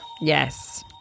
Yes